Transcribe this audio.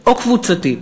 או קבוצתי,